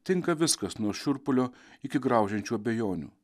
tinka viskas nuo šiurpulio iki graužiančių abejonių